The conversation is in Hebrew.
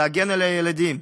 להגן על הילדים.